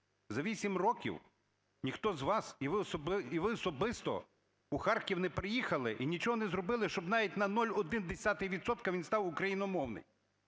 за 8 років ніхто з вас і ви особисто у Харків не приїхали, і нічого не зробили, щоб навіть на 0,1 відсотка він став україномовний.